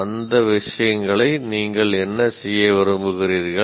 அந்த விஷயங்களை நீங்கள் என்ன செய்ய விரும்புகிறீர்கள்